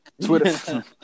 Twitter